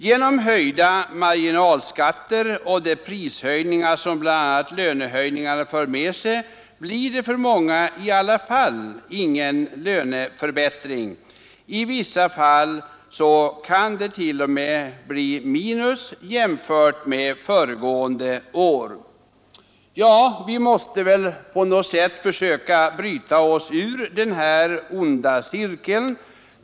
Genom höjda marginalskatter och de prishöjningar som bl.a. lönehöjningarna för med sig, blir det för många ingen löneförbättring. I vissa fall kan det t.o.m. bli minus jämfört med föregående år. Vi måste på något sätt försöka bryta oss ur denna onda cirkel.